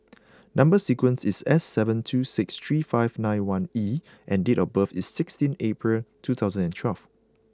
number sequence is S seven two six three five nine one E and date of birth is sixteen April two thousand and twelve